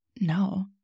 No